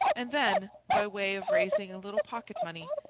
and then, by way of raising a little pocket-money,